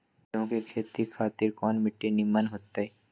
गेंहू की खेती खातिर कौन मिट्टी निमन हो ताई?